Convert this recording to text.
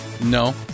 No